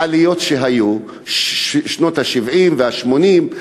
בכל העליות שהיו בשנות ה-70 וה-80,